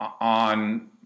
on